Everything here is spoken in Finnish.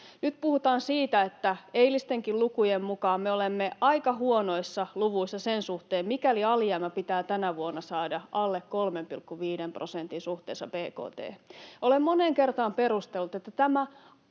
Nyt puhutaan siitä, että eilistenkin lukujen mukaan me olemme aika huonoissa luvuissa sen suhteen, mikäli alijäämä pitää tänä vuonna saada alle 3,5 prosentin suhteessa bkt:hen. Olen moneen kertaan perustellut, että tämä typerä